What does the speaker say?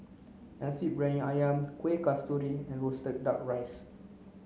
nasi briyani ayam kueh kasturi and roasted duck rice